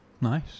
Nice